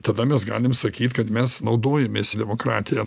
tada mes galim sakyt kad mes naudojamės demokratija